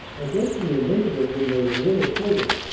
i guess you remember them when they were little children.